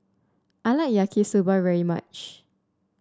I like Yaki Soba very much